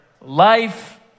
life